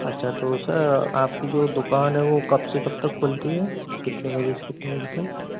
अच्छा तो सर आपकी जो दुकान है वो कब से कब तक खुलती है कितने बजे से कितने बजे तक